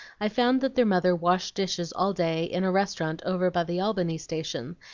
i found that their mother washed dishes all day in a restaurant over by the albany station,